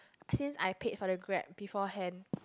since I paid for the Grab beforehand